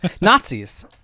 Nazis